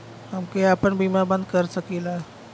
हमके आपन बीमा बन्द कर सकीला?